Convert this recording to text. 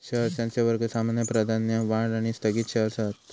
shares यांचे वर्ग सामान्य, प्राधान्य, वाढ आणि स्थगित शेअर्स हत